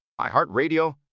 iHeartRadio